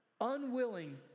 unwilling